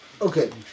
Okay